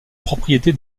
propriété